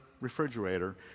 refrigerator